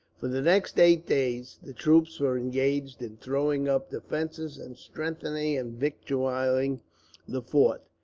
for the next eight days, the troops were engaged in throwing up defences, and strengthening and victualling the fort.